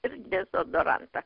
ir dezodorantą